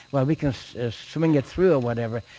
well, we can swing it through or whatever,